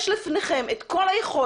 יש לפניכם את כל היכולת,